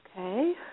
Okay